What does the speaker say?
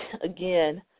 again